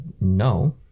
no